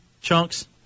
Chunks